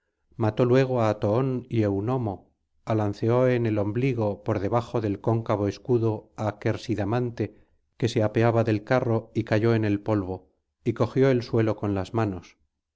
mató luego á toón y eunomo alanceó en el ombligo por debajo del cóncavo escudo á quersidamante que se apeaba del carro y cayó en el polvo y cogió el suelo con las manos